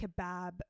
kebab